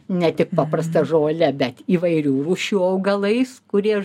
ne tik paprasta žole bet įvairių rūšių augalais kurie